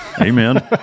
amen